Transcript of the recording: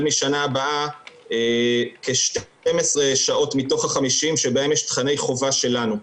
משנה הבאה כ-12 שעות מתוך ה-50 שבהן יש תכני חובה שלנו.